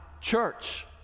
church